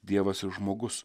dievas ir žmogus